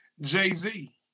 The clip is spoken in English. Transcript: Jay-Z